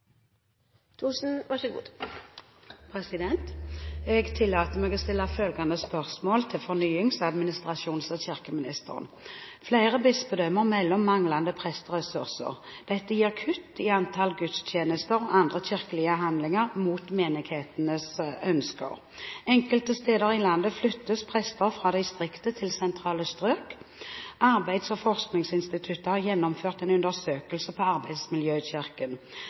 kirkeministeren: «Flere bispedømmer melder om manglende presteressurser. Dette gir kutt i antall gudstjenester og andre kirkelige handlinger, mot menighetens ønsker. Enkelte steder i landet flyttes prester fra distriktet til sentrale strøk. Arbeidsforskningsinstituttet har gjennomført en undersøkelse på